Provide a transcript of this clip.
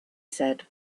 said